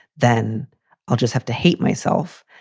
then i'll just have to hate myself.